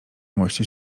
moście